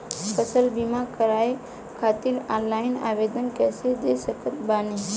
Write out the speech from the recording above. फसल बीमा करवाए खातिर ऑनलाइन आवेदन कइसे दे सकत बानी?